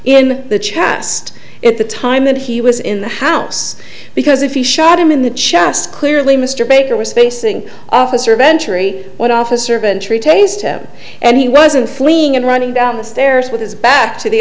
in the chest at the time that he was in the house because if he shot him in the chest clearly mr baker was facing officer venture a white officer ventry taste him and he wasn't fleeing and running down the stairs with his back to the